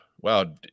wow